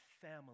family